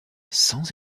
sans